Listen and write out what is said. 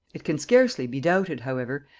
it can scarcely be doubted however,